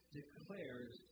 declares